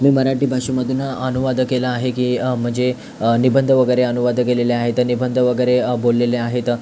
मी मराठी भाषेमधनं अनुवाद केला आहे की म्हणजे निबंध वगैरे अनुवाद केलेले आहेत निबंध वगैरे बोललेले आहेत